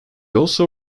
also